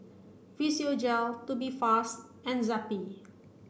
Physiogel Tubifast and Zappy